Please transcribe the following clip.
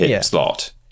slot